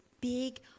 big